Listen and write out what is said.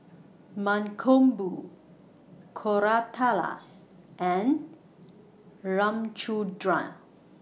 Mankombu Koratala and Ramchundra